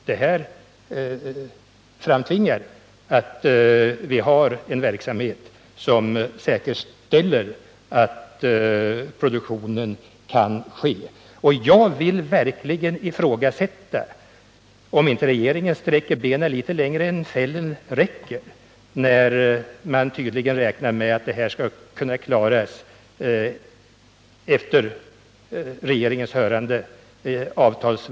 Detta framtvingar att vi har en verksamhet som säkerställer produktionen av detta papper. Jag undrar verkligen om inte regeringen sträcker benen litet längre än fällen räcker när man räknar med att detta skall kunna klaras avtalsvägen efter regeringens hörande.